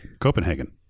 Copenhagen